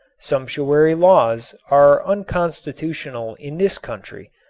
sumptuary laws are unconstitutional in this country,